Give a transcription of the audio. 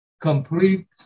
complete